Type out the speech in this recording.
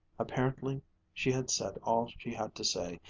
apparently she had said all she had to say,